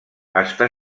està